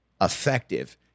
effective